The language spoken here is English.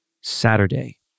Saturday